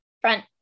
front